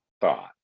thought